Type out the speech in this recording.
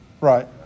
Right